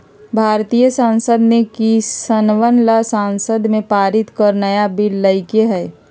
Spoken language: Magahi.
भारतीय संसद ने किसनवन ला संसद में पारित कर नया बिल लय के है